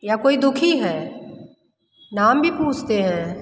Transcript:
या कोई दुःखी है नाम भी पूछते हैं